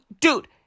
dude